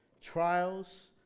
trials